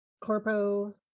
corpo